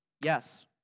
Yes